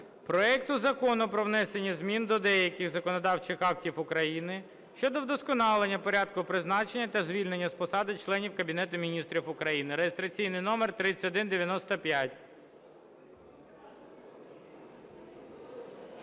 проекту Закону про внесення змін до деяких законодавчих актів України щодо вдосконалення порядку призначення та звільнення з посад членів Кабінету Міністрів України (реєстраційний номер 3195).